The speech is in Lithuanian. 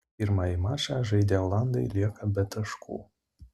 pirmąjį mačą žaidę olandai lieka be taškų